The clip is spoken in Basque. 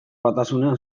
batasunean